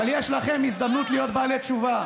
אבל יש לכם הזדמנות להיות בעלי תשובה.